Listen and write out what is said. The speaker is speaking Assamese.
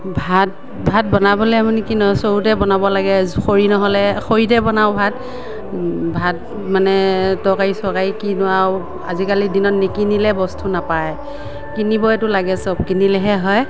ভাত ভাত বনাবলৈ মানে কি ন চৰুতে বনাব লাগে খৰি নহ'লে খৰিতে বনাও ভাত ভাত মানে তৰকাৰী চৰকাৰী কিনো আৰু আজিকালি দিনত নিকিনিলে বস্তু নাপায় কিনিবইতো লাগে চব কিনিলেহে হয়